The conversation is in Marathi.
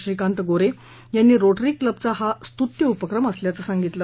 श्रीकांत गोरे यांनी रोटरी क्लबचा हा स्तुत्य उपक्रम असल्याचे सांगितले